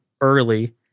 early